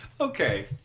Okay